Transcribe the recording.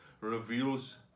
reveals